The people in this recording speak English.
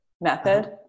method